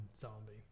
Zombie